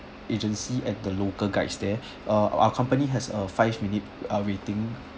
agency and the local guides there uh our company has a five minute ah waiting